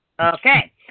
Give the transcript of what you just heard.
Okay